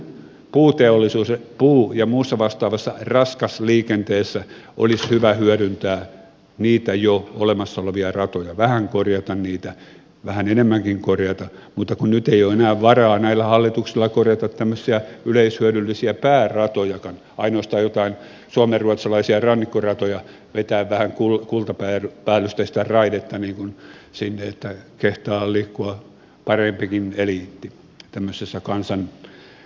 toki tämmöisessä puu ja muussa vastaavassa raskasliikenteessä olisi hyvä hyödyntää niitä jo olemassa olevia ratoja vähän korjata niitä vähän enemmänkin korjata mutta kun nyt ei ole enää varaa näillä hallituksilla korjata tämmöisiä yleishyödyllisiä pääratojakaan ainoastaan joitain suomenruotsalaisia rannikkoratoja vetää vähän kultapäällysteistä raidetta sinne että kehtaa liikkua parempikin eliitti tämmöisessä kansankoneistossa